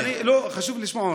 לא, חשוב לי לשמוע.